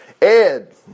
Ed